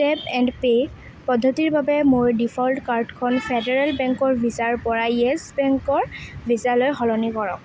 tap and pay পদ্ধতিৰ বাবে মোৰ ডিফ'ল্ট কাৰ্ডখন ফেডাৰেল বেংকৰ ভিছাৰ পৰা য়েছ বেংকৰ ভিছালৈ সলনি কৰক